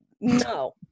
No